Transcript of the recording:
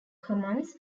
commons